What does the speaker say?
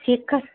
শিক্ষা